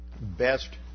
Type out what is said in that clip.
best